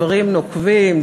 דברים נוקבים,